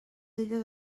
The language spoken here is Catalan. elles